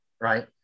right